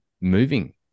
moving